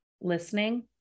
listening